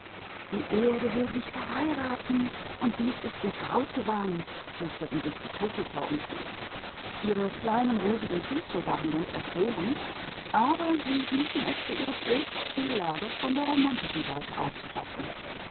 die erde will sich verheiraten und dies ist ihr brautgewand flüsterten die turteltauben einander zu ihre kleinen rosigen füße waren ganz verfroren aber sie meinten es sei ihre pflicht die lage romantisch aufzufassen